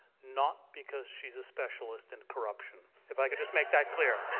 not because she's a specialist in corruption, if i could just make that clear.